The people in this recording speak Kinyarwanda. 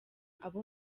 abo